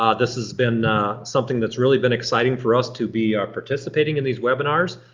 um this has been something that's really been exciting for us to be participating in these webinars.